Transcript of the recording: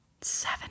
seven